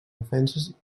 defenses